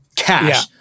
cash